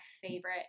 favorite